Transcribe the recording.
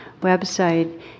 website